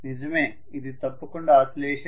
నిజమే ఇది తప్పకుండా ఆసిలేషన్